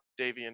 Davian